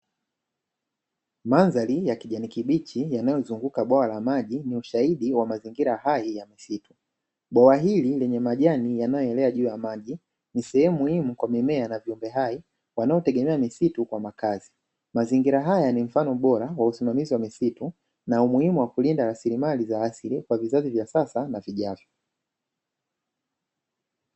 Mandhari ya kijani kibichi yanayozunguka bwawa maji ni ushahidi wa mazingira hai ya misitu. Bwawa hili lenye majani yanayoelea juu ya maji ni sehemu muhimu kwa mimea na viumbe hai wanaotegemea misitu kwa makazi. Mazingira haya ni mfano bora wa usimamizi wa misitu na umuhimu wa kulinda rasilimali za asili kwa vizazi vya sasa na vijavyo.